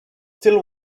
still